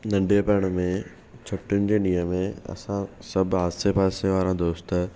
नंढेपण में छुटिन जे डींहंनि में असां सभु आसे पासे वारा दोस्त